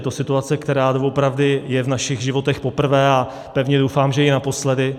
Je to situace, která doopravdy je v našich životech poprvé, a pevně doufám, že i naposledy.